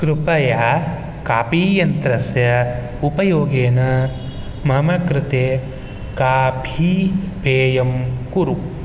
कृपया काफी यन्त्रस्य उपयोगेन मम कृते काफी पेयं कुरु